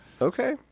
Okay